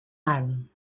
ireland